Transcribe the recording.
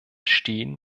stehen